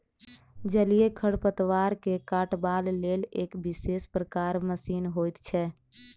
जलीय खढ़पतवार के काटबाक लेल एक विशेष प्रकारक मशीन होइत छै